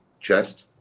chest